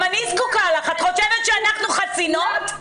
את חושבת שאנחנו חסינות?